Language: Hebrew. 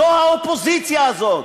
זו האופוזיציה הזו.